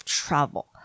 trouble